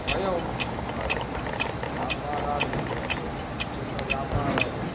స్వయం ఉపాధి వ్యాపారాలు చిన్న వ్యాపారాలు